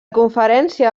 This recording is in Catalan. conferència